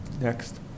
Next